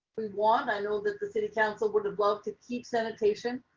we want. i know that the city council would love to keep sanitation.